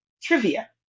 trivia